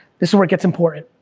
this is where it gets important.